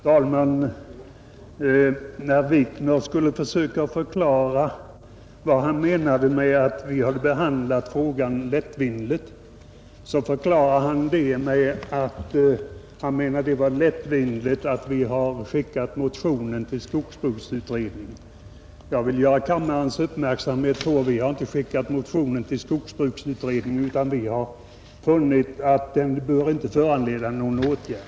Fru talman! När herr Wikner skulle försöka förklara vad han menade med att utskottet hade behandlat frågan lättvindigt sade han att det var lättvindigt att vi bara hade skickat motionen till skogsbruksutredningen. Jag vill göra kammaren uppmärksam på att vi inte har skickat motionen dit; vi har funnit att den inte bör föranleda någon åtgärd.